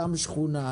גם שכונה,